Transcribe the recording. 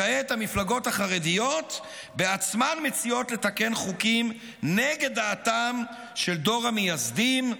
כעת המפלגות החרדיות בעצמן מציעות לתקן חוקים נגד דעתם של דור המייסדים.